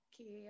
Okay